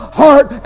heart